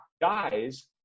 dies